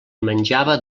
menjava